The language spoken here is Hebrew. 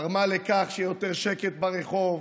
תרמה לכך שיהיה יותר שקט ברחוב,